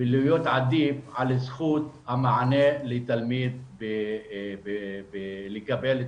ולהיות עדיף על זכות המענה לתלמיד לקבל את